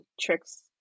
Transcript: tricks